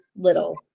little